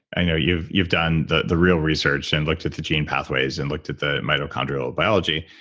i know you've you've done the the real research and looked at the gene pathways and looked at the mitochondrial biology.